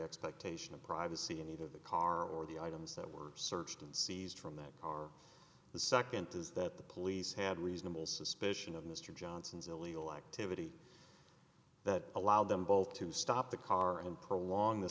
expectation of privacy in either the car or the items that were searched and seized from that car the second is that the police had reasonable suspicion of mr johnson's illegal activity that allowed them both to stop the car and prolong the